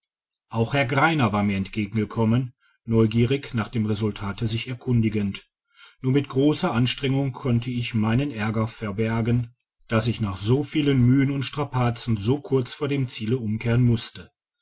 auch herr greiner war mir entgegengekommen neugierig nach dem resultate sich erkundigend nur mit grosser anstrengung konnte ich meinen a erger vorbergen dass ich nach so vielen mühen und strapazen so kurz vor dem ziele umkehren musste